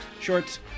Shorts